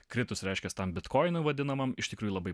kritus reiškias tam bitkoinui vadinamam iš tikrųjų labai